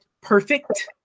Perfect